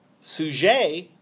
Sujet